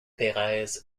pérez